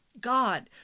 God